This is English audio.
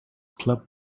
club